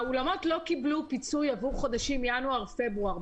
האולמות לא קיבלו פיצוי עבור חודשים ינואר פברואר.